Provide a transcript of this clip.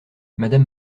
madame